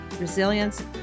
resilience